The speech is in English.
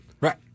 Right